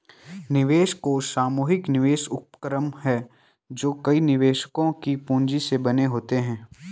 निवेश कोष सामूहिक निवेश उपक्रम हैं जो कई निवेशकों की पूंजी से बने होते हैं